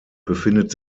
befindet